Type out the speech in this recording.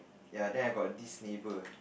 ya then I got this neighbour